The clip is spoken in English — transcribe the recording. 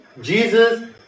Jesus